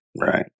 Right